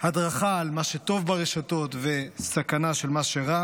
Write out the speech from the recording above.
הדרכה על מה שטוב ברשתות וסכנה של מה שרע,